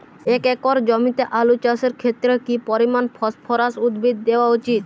এক একর জমিতে আলু চাষের ক্ষেত্রে কি পরিমাণ ফসফরাস উদ্ভিদ দেওয়া উচিৎ?